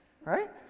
Right